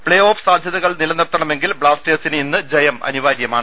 പ്പേ off സാധ്യതകൾ നിലനിർത്തണമെങ്കിൽ ബ്ലാസ്റ്റേഴ്സിന് ഇന്ന് ജയം അനിവാര്യമാണ്